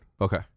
Okay